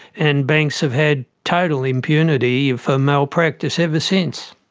and banks have had total impunity for malpractice ever since.